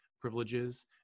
privileges